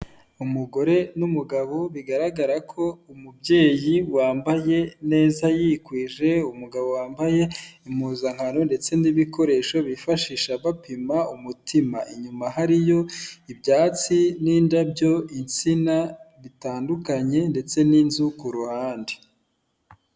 Umugore n'umugabo bigaragara ko umubyeyi wambaye neza yikwije umugabo wambaye impuzankano ndetse n'ibikoresho bifashisha bapima umutima, inyuma hariyo ibyatsi n'indabyo insina bitandukanye ndetse n'inzu ku ruhande.